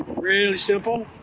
really simple.